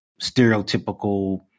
stereotypical